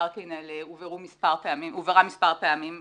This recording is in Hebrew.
שבמקרקעין הועברה מספר פעמים פסולת.